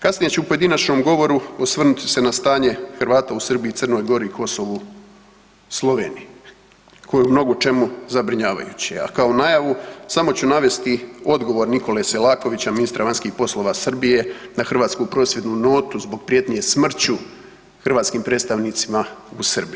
Kasnije ću u pojedinačnom govoru, osvrnuti ću se na stanje Hrvata u Srbiji, Crnoj Gori, Kosovu, Sloveniji, koje je u mnogo čemu zabrinjavajuće, a kao najavu, samo ću navesti odgovor Nikole Selakovića, ministra vanjskih poslova Srbije na hrvatsku prosvjednu notu zbog prijetnje smrću hrvatskim predstavnicima u Srbiji.